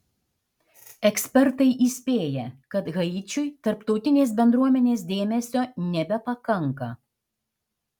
ekspertai įspėja kad haičiui tarptautinės bendruomenės dėmesio nebepakanka